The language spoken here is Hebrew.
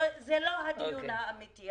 זה לא הדיון האמיתי.